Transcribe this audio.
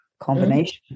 combination